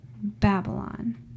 Babylon